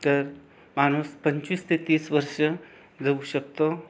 तर माणूस पंचवीस ते तीस वर्षं जगू शकतो